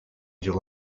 july